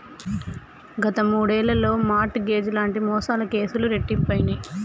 గత మూడేళ్లలో mortgage లాంటి మోసాల కేసులు రెట్టింపయినయ్